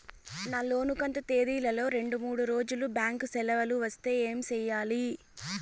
నా లోను కంతు తేదీల లో రెండు మూడు రోజులు బ్యాంకు సెలవులు వస్తే ఏమి సెయ్యాలి?